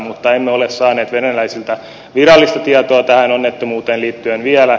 mutta emme ole saaneet venäläisiltä virallista tietoa tähän onnettomuuteen liittyen vielä